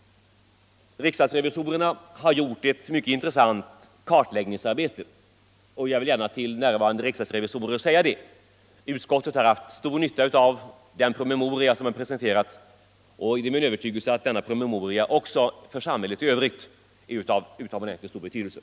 Riksdagsrevisorerna har gjort ett intressant kartläggningsarbete, det vill jag gärna säga till närvarande riksdagsrevisorer. Utskottet har haft stor nytta av den promemoria som presenterats, och det är min övertygelse att denna promemoria också för samhället i övrigt är av stor betydelse.